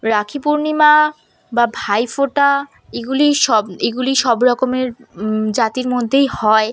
রাখি পূর্ণিমা বা ভাইফোঁটা এগুলি সব এগুলি সব রকমের জাতির মধ্যেই হয়